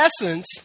essence